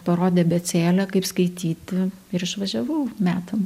parodė abėcėlę kaip skaityti ir išvažiavau metam